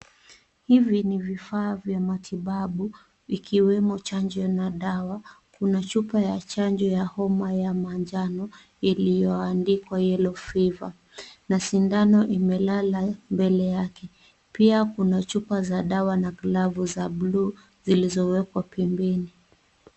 Hivi ni vifaa vya matibabu ikiwemo chanjo na dawa. Kuna chupa ya chanjo ya homa ya manjano iliyoandikwa yellow fever na sindano imelala mbele yake. Pia kuna chupa za dawa na glavu za blue zilizowekwa pembeni.